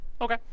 Okay